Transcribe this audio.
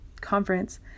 conference